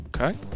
Okay